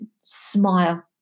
smile